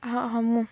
স সমূহ